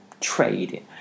trade